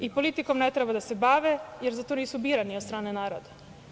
I politikom ne treba da se bave, jer zato nisu birani od strane naroda.